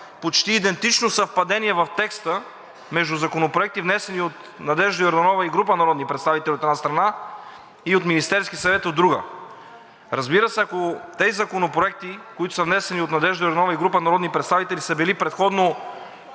почти идентично съвпадение в текста между законопроекти, внесени от Надежда Йорданова и група народни представители, от една страна, и от Министерския съвет, от друга. Разбира се, ако тези законопроекти, които са внесени от Надежда Йорданова и група народни представители, са били предходно